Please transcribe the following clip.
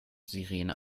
sirene